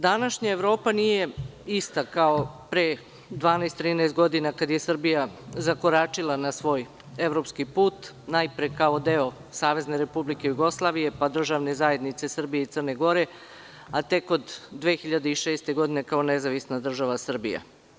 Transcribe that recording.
Današnja Evropa nije ista kao pre 12, 13 godina kada je Srbija zakoračila na svoj evropski put, najpre kao deo Savezne Republike Jugoslavije, pa državne zajednice Srbije i Crne Gore, a tek od 2006. godine kao nezavisna država Srbija.